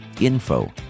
info